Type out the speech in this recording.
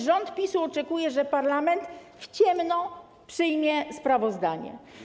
Rząd PiS-u oczekuje, że parlament w ciemno przyjmie sprawozdanie.